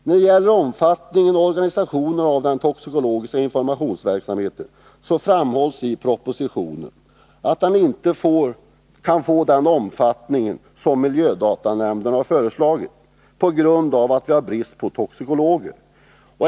När det gäller omfattningen och organisationen av den toxikologiska informationsverksamheten framhålls i propositionen att den inte kan få den omfattning som miljödatanämnden föreslagit, på grund av att vi har brist på toxikologer.